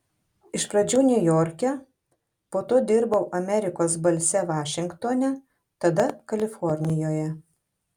iš pradžių niujorke po to dirbau amerikos balse vašingtone tada kalifornijoje